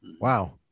Wow